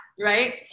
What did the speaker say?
Right